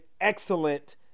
excellent